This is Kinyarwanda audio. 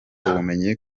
ubumenyi